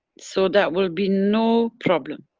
so, that will be no problem.